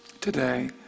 today